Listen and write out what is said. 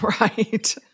Right